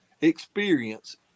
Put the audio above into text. experience